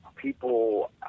People